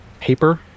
paper